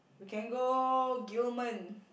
we can go Gillman